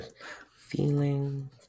Feeling